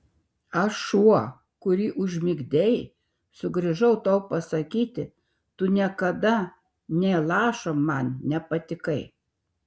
aš šuo kurį užmigdei sugrįžau tau pasakyti tu niekada nė lašo man nepatikai